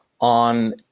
on